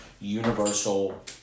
universal